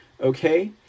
Okay